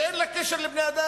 שאין לה קשר עם בני-אדם.